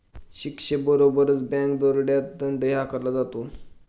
शिक्षेबरोबरच बँक दरोड्यात दंडही आकारला जातो